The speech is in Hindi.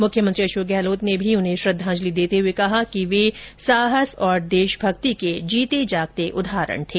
मुख्यमंत्री अशोक गहलोत ने भी उन्हें श्रद्वांजलि देते हुए कहा है कि वे साहस और देशभक्ति के साक्षात उदाहरण थे